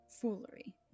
foolery